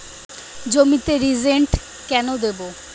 জমিতে রিজেন্ট কেন দেবো?